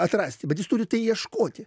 atrasti bet jūs turit tai ieškoti